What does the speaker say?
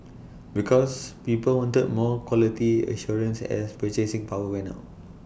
because people wanted more quality assurance as purchasing power went up